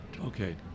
Okay